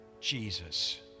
Jesus